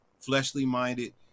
fleshly-minded